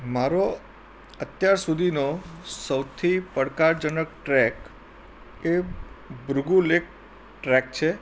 મારો અત્યાર સુધીનો સૌથી પડકારજનક ટ્રેક એ ભૃગુ લેક ટ્રેક છે